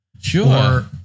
Sure